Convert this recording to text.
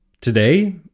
Today